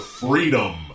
freedom